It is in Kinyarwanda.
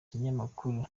kinyamakuru